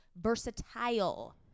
versatile